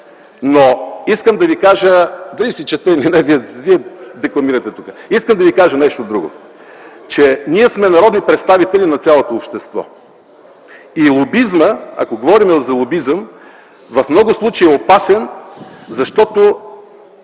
Искам да ви кажа нещо друго – ние сме народни представители на цялото общество и лобизмът, ако говорим за лобизъм, в много случаи е опасен, защото